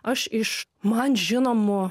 aš iš man žinomų